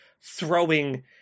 throwing